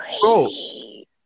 crazy